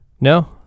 No